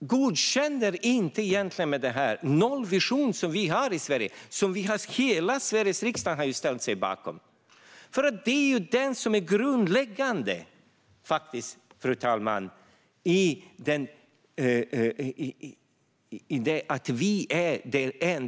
inte godkänner den nollvision vi har i Sverige, och som hela Sveriges riksdag har ställt sig bakom. Nollvisionen är ju vad som ligger till grund för att Sverige är det mest trafiksäkra landet.